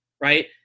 right